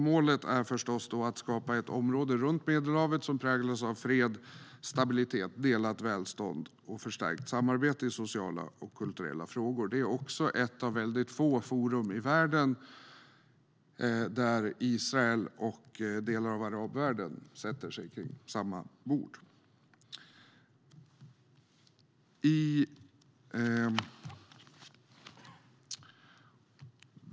Målet är att skapa ett område runt Medelhavet som präglas av fred, stabilitet, delat välstånd och förstärkt samarbete i sociala och kulturella frågor. Det är också ett av väldigt få forum i världen där Israel och delar av arabvärlden sätter sig kring samma bord.